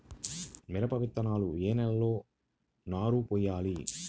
మిరప విత్తనాలు ఏ నెలలో నారు పోయాలి?